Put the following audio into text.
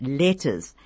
letters